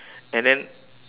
and then